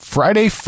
Friday